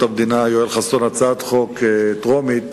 המדינה יואל חסון הצעת חוק לקריאה טרומית